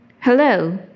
Hello